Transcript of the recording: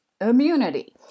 Immunity